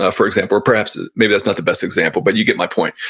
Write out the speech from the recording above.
ah for example. perhaps, maybe that's not the best example, but you get my point.